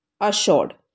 assured